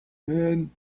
men